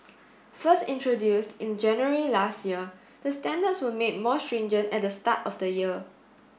first introduced in January last year the standards were made more stringent at the start of the year